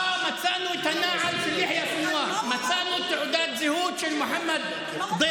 מה הוא אומר, אה, מצאנו תעודת זהות של מוחמד דף.